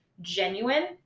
genuine